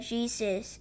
Jesus